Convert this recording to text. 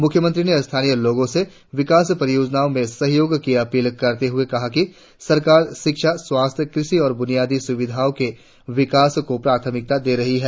मुख्यमंत्री ने स्थानीय लोगों से विकास परियोजनाओं में सहयोग की अपील करते हुए कहा कि सरकार शिक्षा स्वास्थ्य कृषि और ब्रनियादी सुविधाओं के विकास को प्राथमिकता दे रही है